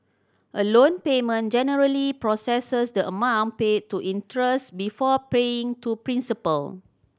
a loan payment generally processes the amount paid to interest before paying to principal